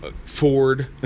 Ford